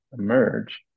emerge